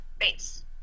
base